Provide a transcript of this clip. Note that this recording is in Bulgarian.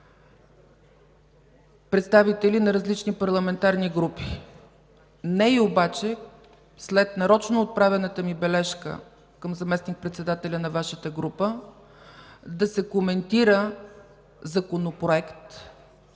представители на различни парламентарни групи, не и обаче след нарочно отправената ми бележка към заместник-председателя на Вашата група да се коментира законопроект,